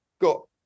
got